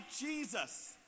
jesus